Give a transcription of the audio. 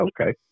okay